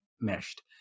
meshed